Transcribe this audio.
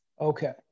Okay